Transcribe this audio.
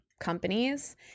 companies